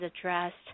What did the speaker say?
addressed